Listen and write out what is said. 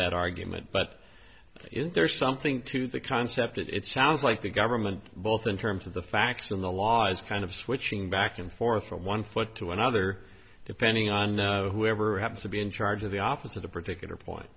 that argument but is there something to the concept that it sounds like the government both in terms of the facts and the law is kind of switching back and forth from one foot to another depending on whoever happens to be in charge of the office of the particular point